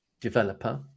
developer